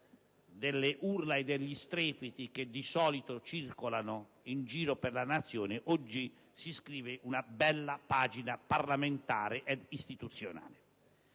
delle urla e degli strepiti che di solito circolano in giro per la Nazione, si scrive una bella pagina parlamentare e istituzionale.